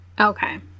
Okay